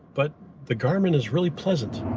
but the garmin is really pleasant.